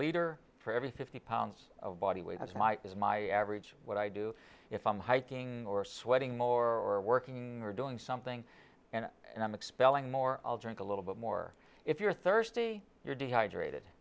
leader for every fifty pounds of body weight as my as my average what i do if i'm hiking or sweating more or working or doing something and and i'm expelling more i'll drink a little bit more if you're thirsty you're dehydrated